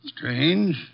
Strange